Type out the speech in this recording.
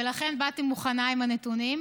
ולכן באתי מוכנה עם הנתונים.